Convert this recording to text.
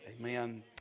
Amen